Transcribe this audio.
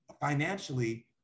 financially